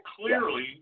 clearly